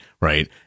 right